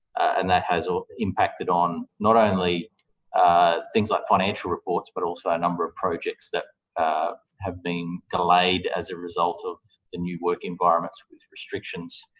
and that has impacted on not only things like financial reports but also a number of projects that have been delayed as a result of the new work environments with restrictions.